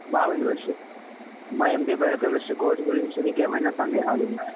బావుంది వర్షిత్ మా MD biochemistry course గురించి మీకు ఏమైనా సందేహాలు ఉన్నాయా